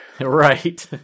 Right